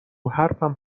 حرفم